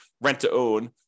rent-to-own